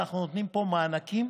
ואנחנו נותנים פה מענקים,